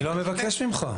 אני לא מבקש ממך.